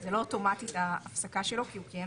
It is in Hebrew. זה לא אוטומטית ההפסקה שלו כי הוא כיהן